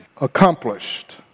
accomplished